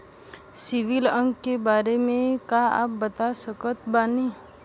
CIBIL अंक के बारे मे का आप बता सकत बानी?